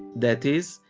that is,